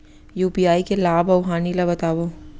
UPI के लाभ अऊ हानि ला बतावव